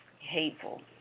Hateful